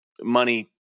money